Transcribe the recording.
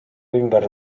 ümber